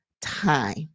time